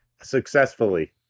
successfully